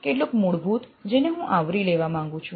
કેટલુંક મૂળભૂત જેને હું આવરી લેવા માંગુ છું